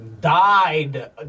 died